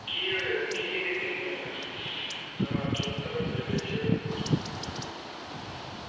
केह् होएआ ते केह् नेईं होएआ सनातन धर्म दे बिच्च